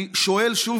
אני שואל שוב,